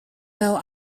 now